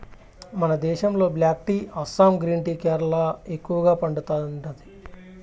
మన దేశంలో black tea Assam green tea Kerala ఎక్కువగా పండతాండాది